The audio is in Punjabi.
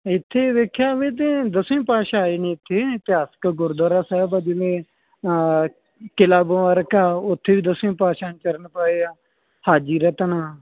ਇੱਥੇ ਵੇਖਿਆ ਵੇ ਅਤੇ ਦਸਵੇਂ ਪਾਤਸ਼ਾਹ ਆਏ ਨੇ ਇੱਥੇ ਇਤਿਹਾਸਿਕ ਗੁਰਦੁਆਰਾ ਸਾਹਿਬ ਆ ਜਿਵੇਂ ਕਿਲ੍ਹਾ ਮੁਬਾਰਕ ਆ ਉੱਥੇ ਵੀ ਦਸਵੇਂ ਪਾਤਸ਼ਾਹ ਨੇ ਚਰਨ ਪਾਏ ਆ ਹਾਜੀ ਰਤਨ